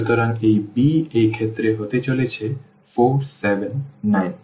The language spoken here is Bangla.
সুতরাং এই b এই ক্ষেত্রে হতে চলেছে 4 7 9